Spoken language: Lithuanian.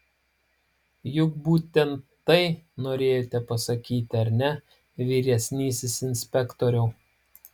juk būtent tai norėjote pasakyti ar ne vyresnysis inspektoriau